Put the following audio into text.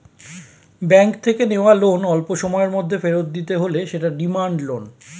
bank থেকে নেওয়া loan অল্পসময়ের মধ্যে ফেরত দিতে হলে সেটা ডিমান্ড লোন